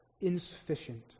insufficient